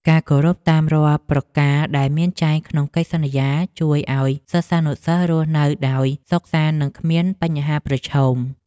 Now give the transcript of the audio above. ការគោរពតាមរាល់ប្រការដែលមានចែងក្នុងកិច្ចសន្យាជួយឱ្យសិស្សានុសិស្សរស់នៅដោយសុខសាន្តនិងគ្មានបញ្ហាប្រឈម។